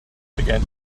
began